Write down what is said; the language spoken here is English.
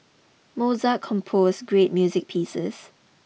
Mozart composed great music pieces